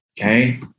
Okay